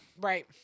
Right